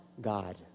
God